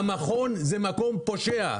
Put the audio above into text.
המכון הוא מקום פושע.